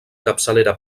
capçalera